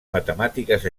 matemàtiques